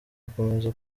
akomereza